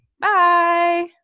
Bye